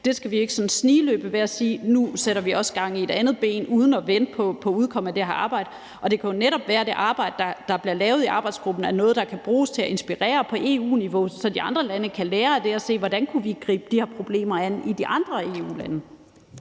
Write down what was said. Det skal vi ikke lave snigløb på ved at sige: Nu sætter vi også gang i noget andet uden at vente på udkommet af det her arbejde. Det kan jo netop være, at det arbejde, der bliver lavet i arbejdsgruppen, er noget, der kan bruges til at inspirere på EU-niveau, så de andre EU-lande kan lære af det og sige: Hvordan kunne vi gribe de her problemer an? Kl. 13:33 Formanden